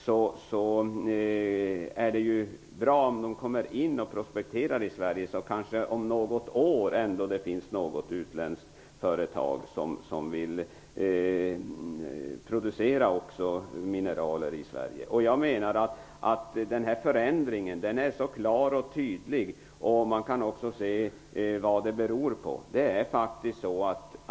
Således är det bra om man börjar prospektera i Sverige. På det sättet finns det kanske om något år ändå något utländskt företag som vill producera också mineraler i Sverige. Jag menar alltså att förändringen är klar och tydlig. Man kan också se orsakerna.